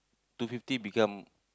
two fifty become